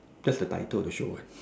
that's the title of the show what